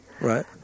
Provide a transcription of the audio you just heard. Right